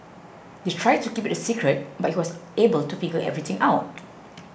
they tried to keep it a secret but he was able to figure everything out